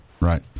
Right